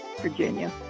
Virginia